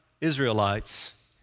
Israelites